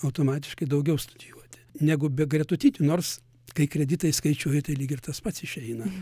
automatiškai daugiau studijuoti negu be gretutinių nors kai kreditais skaičiuoji tai lyg ir tas pats išeina